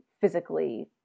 physically